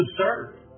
absurd